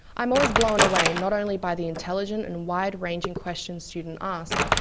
i am always blown away not only by the intelligent and wide ranging questions students ask,